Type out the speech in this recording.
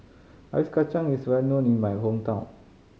ice kacang is well known in my hometown